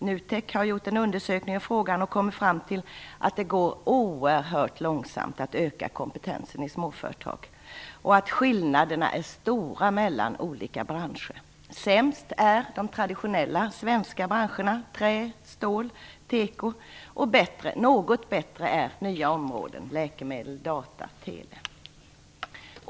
NUTEK har gjort en undersökning av frågan och kommit fram till att det går oerhört långsamt att öka kompetensen i småföretag och att skillnaderna är stora mellan olika branscher. Sämst är de traditionella svenska branscherna - trä, stål och teko - och något bättre är branscher inom nya områden som läkemedel, data och tele.